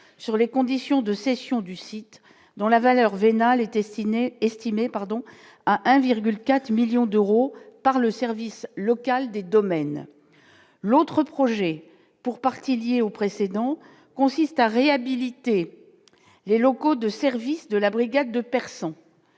sur les conditions de cession du site dans la valeur vénale était Sydney estimé pardon, à 1,4 1000000 d'euros par le service local des domaines l'autre projet pour partie lié au précédent consiste à réhabiliter les locaux de service de la brigade de personnes